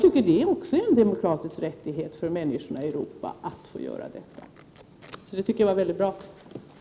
1989/90:45 demokratisk rättighet för människorna i Europa att få göra detta, så jag 13 december 1989 tycker att det var mycket bra.